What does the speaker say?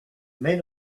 men